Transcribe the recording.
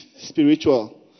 spiritual